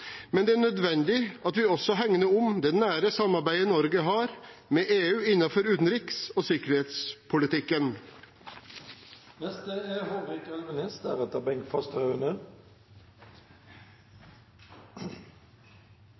Men det er nødvendig at vi også hegner om det nære samarbeidet Norge har med EU innenfor utenriks- og sikkerhetspolitikken.